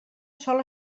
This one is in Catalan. sol